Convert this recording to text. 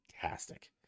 fantastic